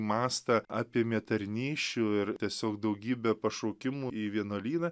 mastą apėmė tarnysčių ir tiesiog daugybę pašaukimų į vienuolyną